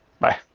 Bye